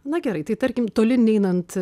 na gerai tarkim toli neinant